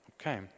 Okay